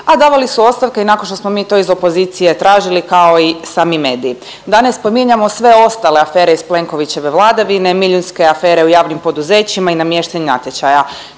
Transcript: a davali su ostavke i nakon što mi to iz opozicije tražili kao i sami mediji. Da ne spominjemo sve ostale afere iz Plenkovićeve Vlade vidne milijunske afere u javnim poduzećima i namještenja natječaja